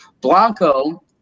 Blanco